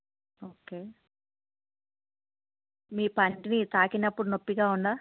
okay మీ పంటిని తాకినప్పుడు నొప్పిగా ఉందా